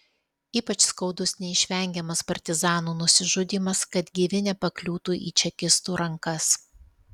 ypač skaudus neišvengiamas partizanų nusižudymas kad gyvi nepakliūtų į čekistų rankas